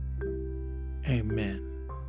Amen